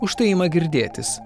už tai ima girdėtis